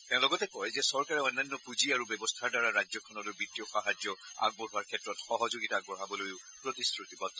তেওঁ কয় যে চৰকাৰে অন্যান্য পুঁজি আৰু ব্যৱস্থাৰ দ্বাৰা ৰাজ্যখনলৈ বিত্তীয় সাহাৰ্য আগবঢ়োৱাৰ ক্ষেত্ৰত সহযোগিতা আগবঢ়াবলৈ প্ৰতিশ্ৰুতিবদ্ধ